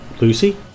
Lucy